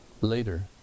later